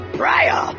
prayer